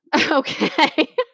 okay